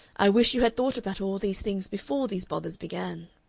i wish you had thought about all these things before these bothers began.